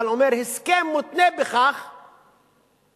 אבל אומרת: ההסכם מותנה בכך שתהיה,